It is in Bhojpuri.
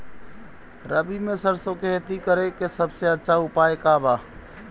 रबी में सरसो के खेती करे के सबसे अच्छा उपाय का बा?